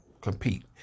compete